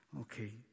Okay